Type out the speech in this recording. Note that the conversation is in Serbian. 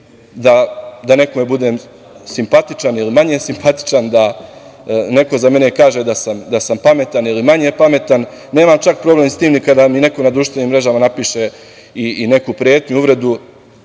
da nekome budem simpatičan ili manje simpatičan, da neko za mene kaže da sam pametan ili manje pametan, nemam čak problem ni sa tim kada mi neko na društvenim mrežama napiše i neku pretnju, uvredu.